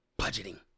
Budgeting